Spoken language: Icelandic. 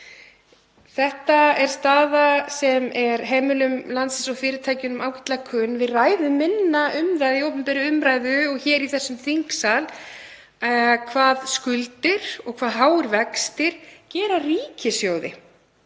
Þetta er staða sem er heimilum og fyrirtækjum landsins ágætlega kunn. Við ræðum minna um það í opinberri umræðu og hér í þessum þingsal hvað skuldir og háir vextir gera ríkissjóði.